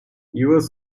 yours